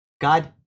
God